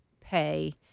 pay